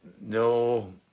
No